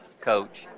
coach